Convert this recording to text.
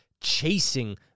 chasing